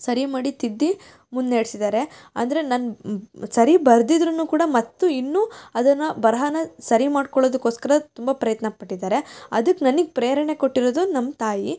ಸರಿ ಮಾಡಿ ತಿದ್ದಿ ಮುನ್ನಡ್ಸಿದ್ದಾರೆ ಅಂದರೆ ನಾನ್ ಸರಿ ಬರ್ದಿದ್ರೂ ಕೂಡ ಮತ್ತು ಇನ್ನೂ ಅದನ್ನು ಬರಹಾನ ಸರಿ ಮಾಡಿಕೊಳ್ಳೋದಕ್ಕೋಸ್ಕರ ತುಂಬ ಪ್ರಯತ್ನ ಪಟ್ಟಿದ್ದಾರೆ ಅದಕ್ಕೆ ನನಗ್ ಪ್ರೇರಣೆ ಕೊಟ್ಟಿರೋದು ನಮ್ಮ ತಾಯಿ